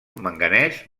manganès